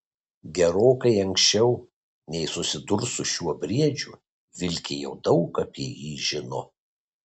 gerokai anksčiau nei susidurs su šiuo briedžiu vilkė jau daug apie jį žino